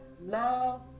love